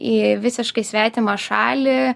į visiškai svetimą šalį